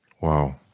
Wow